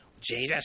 Jesus